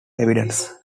evidence